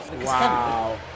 wow